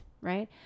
right